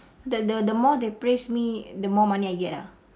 the the the more they praise me the more money I get ah